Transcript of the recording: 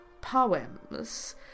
poems